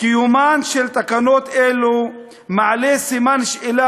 "קיומן של תקנות אלו מעלה סימן שאלה